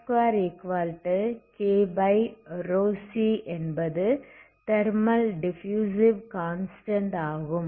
2kρcன்பது thermal diffusive constant ஆகும்